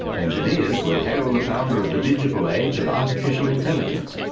engineers will hail the founder of the digital age and artificial intelligence.